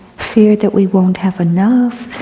fear that we won't have enough,